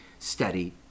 steady